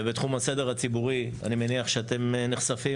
ובתחום הסדר הציבורי אני מניח שאתם נחשפים